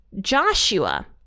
Joshua